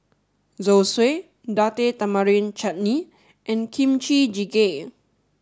Zosui Date Tamarind Chutney and Kimchi Jjigae